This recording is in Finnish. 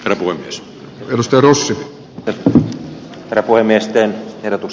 rehua myös myrskylässä pentti kettusen ehdotus